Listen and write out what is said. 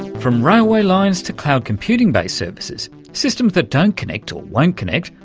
from railway lines to cloud-computing-based services, systems that don't connect or won't connect,